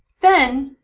then,